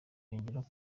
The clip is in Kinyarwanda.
yongeraho